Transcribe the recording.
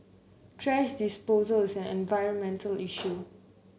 thrash disposal is an environmental issue